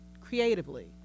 creatively